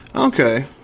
Okay